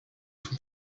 zum